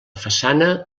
façana